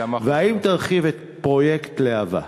4. האם תרחיב את פרויקט להב"ה?